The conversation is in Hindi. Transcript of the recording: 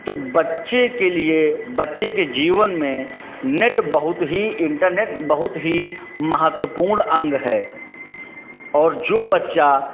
तो बच्चे के लिए बच्चे के जीवन में नेट बहुत ही इन्टरनेट बहुत ही महत्वपूर्ण अंग है और जो बच्चा